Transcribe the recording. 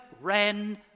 ran